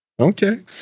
Okay